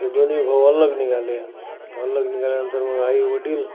ते दोन्ही भाव अलग निघाले अलग निघाल्यानंतर मग आईवडील